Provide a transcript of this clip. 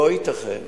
לא ייתכן